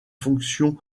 fonctions